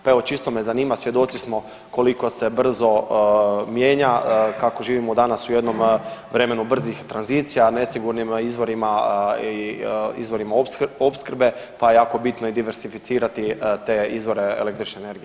Pa evo čisto me zanima, svjedoci smo koliko se brzo mijenja, kako živimo danas u jednom vremenu brzih tranzicija, nesigurnim izvorima, izvorima opskrbe, pa je jako bitno i diversificirati te izvore električne enertije.